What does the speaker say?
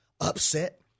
upset